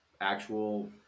actual